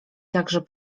także